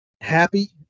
happy